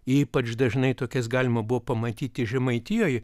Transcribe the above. ypač dažnai tokias galima buvo pamatyti žemaitijoj